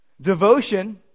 Devotion